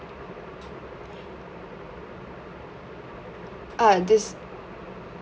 uh this